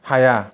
हाया